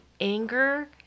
anger